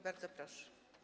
Bardzo proszę.